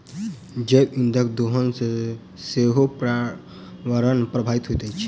जैव इंधनक दोहन सॅ सेहो पर्यावरण प्रभावित होइत अछि